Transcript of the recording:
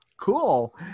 cool